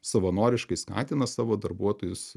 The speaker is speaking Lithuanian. savanoriškai skatina savo darbuotojus